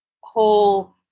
whole